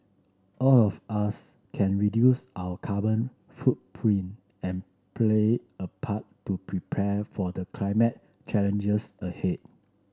all of us can reduce our carbon footprint and play a part to prepare for the climate challenges ahead